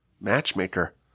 Matchmaker